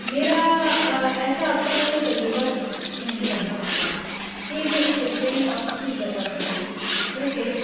میرا ایسا اب تک کوئی تجربہ نہیں رہا ہے کہ میں اِس سلسلے میں آپ کو کچھ بتا سکوں کیوں کہ